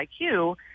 IQ